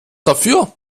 dafür